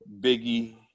Biggie